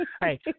hey